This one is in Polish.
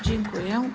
Dziękuję.